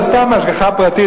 זה סתם השגחה פרטית,